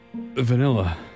Vanilla